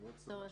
צריך